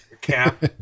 Cap